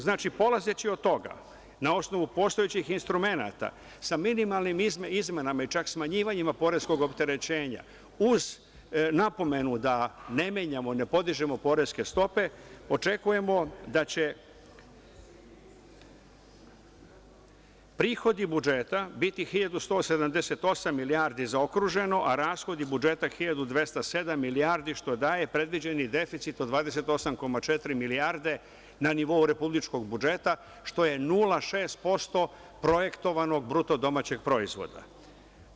Znači, polazeći od toga, na osnovu postojećih instrumenata, sa minimalnim izmenama i čak smanjivanjima poreskog opterećenja, uz napomenu da ne menjamo i ne podižemo poreske stope, očekujemo da će prihodi budžeta biti 1.178 milijardi zaokruženo, a rashodi budžeta 1.207 milijardi, što daje predviđeni deficit od 28,4 milijarde na nivou republičkog budžeta, što je 0,6% projektovanog BDP-a.